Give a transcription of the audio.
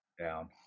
down